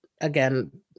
again